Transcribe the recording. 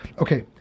Okay